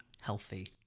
healthy